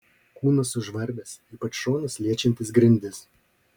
kūnas sužvarbęs ypač šonas liečiantis grindis